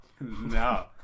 no